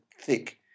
thick